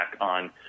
on